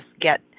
get